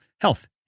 health